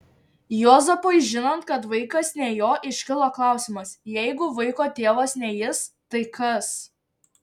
juozapui žinant kad vaikas ne jo iškilo klausimas jeigu vaiko tėvas ne jis tai kas